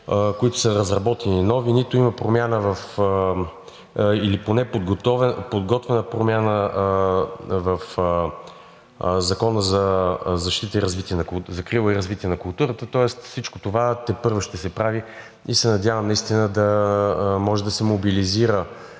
които са разработени и са нови, нито има промяна или поне подготвена промяна в Закона за закрила и развитие на културата, тоест всичко това тепърва ще се прави. Надявам се наистина да може да се мобилизира